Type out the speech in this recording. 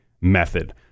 method